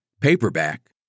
paperback